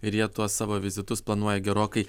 ir jie tuos savo vizitus planuoja gerokai